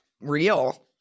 real